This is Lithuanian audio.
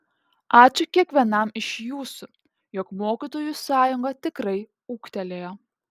ačiū kiekvienam iš jūsų jog mokytojų sąjunga tikrai ūgtelėjo